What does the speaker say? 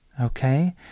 okay